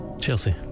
Chelsea